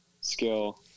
skill